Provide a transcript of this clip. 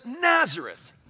Nazareth